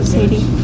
Sadie